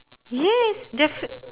yes defi~